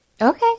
okay